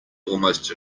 almost